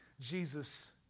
Jesus